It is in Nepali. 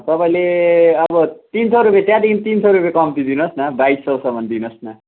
तपाईँले अब तिन सय रुपियाँ त्यहाँदेखि तिन सय रुपियाँ कम्ती दिनुहोस् न बाइस सयसम्म दिनुहोस् न